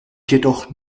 jedoch